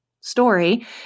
story